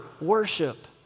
worship